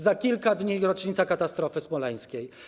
Za kilka dni rocznica katastrofy smoleńskiej.